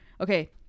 Okay